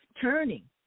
turning